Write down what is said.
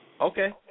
Okay